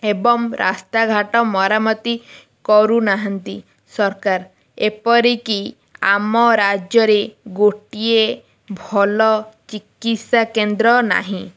ଏବଂ ରାସ୍ତାଘାଟ ମରାମତି କରୁନାହାନ୍ତି ସରକାର ଏପରିକି ଆମ ରାଜ୍ୟରେ ଗୋଟିଏ ଭଲ ଚିକିତ୍ସା କେନ୍ଦ୍ର ନାହିଁ